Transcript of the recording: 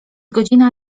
godzina